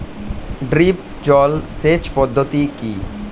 Drip জল সেচ পদ্ধতি কি?